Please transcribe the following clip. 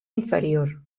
inferior